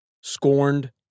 scorned